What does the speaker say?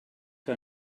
que